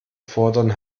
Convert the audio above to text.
fordern